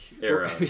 era